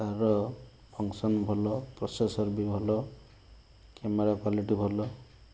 ତା'ର ଫଙ୍କସନ୍ ଭଲ ପ୍ରୋସେସର୍ ବି ଭଲ କ୍ୟାମେରା କ୍ଵାଲିଟି ଭଲ